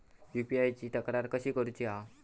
UPI ची तक्रार कशी करुची हा?